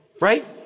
right